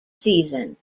season